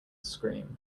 scream